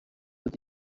ati